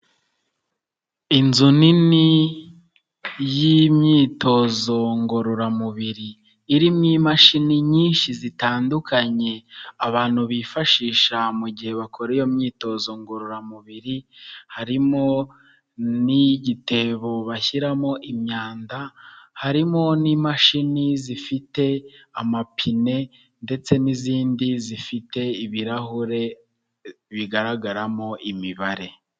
Inzu nini y'imyitozo ngororamubiri, irimo imashini nyinshi zitandukanye abantu bifashisha mu gihe bakora iyo myitozo ngororamubiri, harimo n'igitebo bashyiramo imyanda, harimo n'imashini zifite amapine ndetse n'izindi zifite ibirahure bigaragaramo imibare.